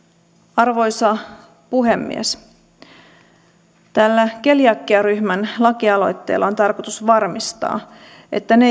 arvoisa puhemies tällä keliakiaryhmän lakialoitteella on tarkoitus varmistaa että ne